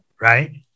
right